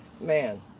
Man